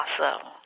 Awesome